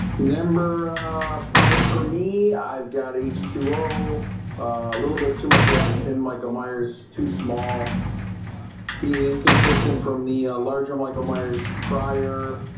number five for me i've got h two o a little bit too much action michael myers too small being inconsistent from the ah larger michael myers prior